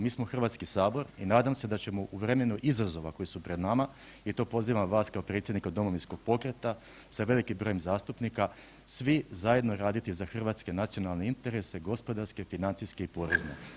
Mi smo Hrvatski sabor i nadam se da ćemo u vremenu izazova koji su pred nama i to pozivam vas kao predsjednika Domovinskog pokreta sa velikim brojem zastupnika, svi zajedno raditi za hrvatske nacionalne interese, gospodarske, financijske i porezne.